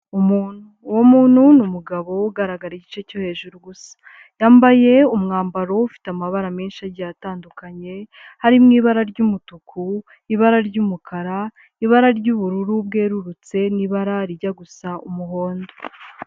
Umuntu, uwo muntu ni umugabo ugaragara igice cyo hejuru yambaye umwambaro ufite amabara menshi igihe atandukanye harimo ibara ry'umutuku, ibara ry'umukara, ibara ry'ubururu bwerurutse n'ibara rijya gusa umuhondo.